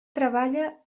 treballa